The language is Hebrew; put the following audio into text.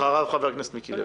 ואחריו חבר הכנסת מיקי לוי.